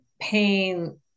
pain